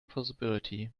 possibility